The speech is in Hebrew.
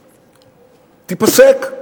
תיפסק.